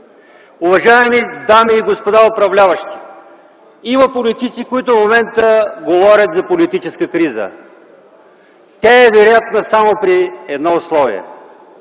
Уважаеми дами и господа управляващи, има политици, които в момента говорят за политическа криза. Тя е вероятна само при едно условие: